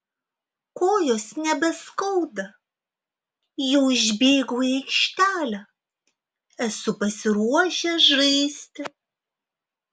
kojos nebeskauda jau išbėgau į aikštelę esu pasiruošęs žaisti